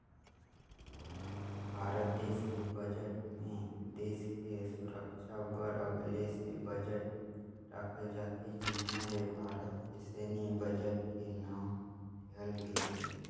भारत देस के बजट मे देस के सुरक्छा बर अगले से बजट राखल जाथे जिहां ले भारत के सैन्य बजट के नांव देहल गइसे